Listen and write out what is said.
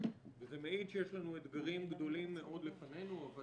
וזה מעיד שיש לנו אתגרים גדולים מאוד לפנינו אבל